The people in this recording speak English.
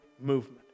movement